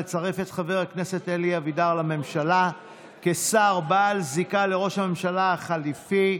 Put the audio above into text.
לצרף את חבר הכנסת אלי אבידר לממשלה כשר בעל זיקה לראש הממשלה החלופי.